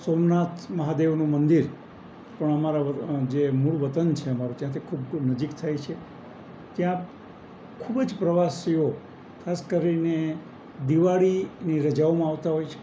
સોમનાથ મહાદેવનું મંદિર પણ અમારા જે મૂળ વતન છે અમારું ત્યાંથી ખૂબ ખૂબ નજીક થાય છે ત્યાં ખૂબ જ પ્રવાસીઓ ખાસ કરીને દિવાળીની રજાઓમાં આવતા હોય છે